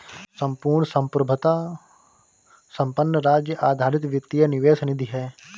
संपूर्ण संप्रभुता संपन्न राज्य आधारित वित्तीय निवेश निधि है